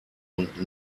und